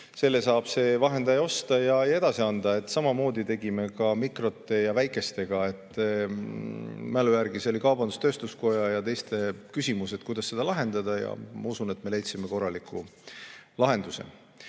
saab see vahendaja osta ja edasi anda. Samamoodi tegime mikrote ja väikestega. Mälu järgi ütlen, et see oli kaubandus-tööstuskoja ja teiste küsimus, kuidas seda lahendada. Ma usun, et me leidsime korraliku lahenduse.